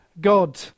God